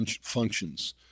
functions